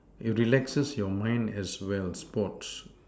it relaxes your mind as well sports